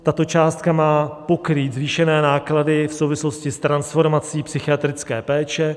Tato částka má pokrýt zvýšené náklady v souvislosti s transformací psychiatrické péče.